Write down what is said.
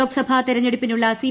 ലോക്സഭാ തെരഞ്ഞെടുപ്പിനുള്ള സി